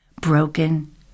broken